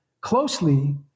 closely